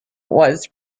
was